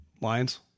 Lions